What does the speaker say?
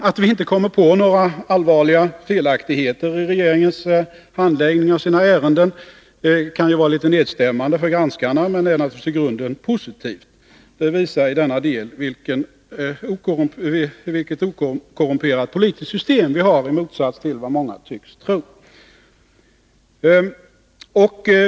Att vi inte kommer på några allvarliga felaktigheter i regeringens handläggning av ärendena kan ju vara litet nedstämmande för granskarna, men det är naturligtvis i grunden positivt. Det visar i denna del vilket okorrumperat politiskt system vi har, i motsats till vad många tycks tro.